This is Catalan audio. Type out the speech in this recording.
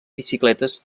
bicicletes